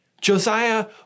Josiah